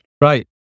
Right